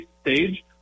stage